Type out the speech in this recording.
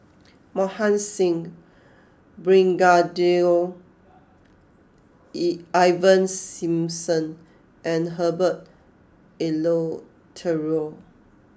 Mohan Singh Brigadier E Ivan Simson and Herbert Eleuterio